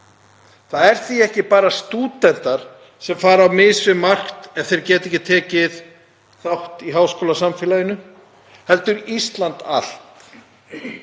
Það eru því ekki bara stúdentar sem fara á mis við margt ef þeir geta ekki tekið þátt í háskólasamfélaginu heldur Ísland allt.